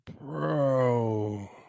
Bro